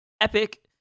Epic